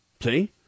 See